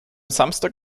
samstag